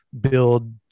build